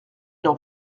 n’en